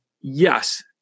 yes